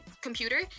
computer